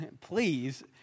please